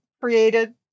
created